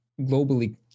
globally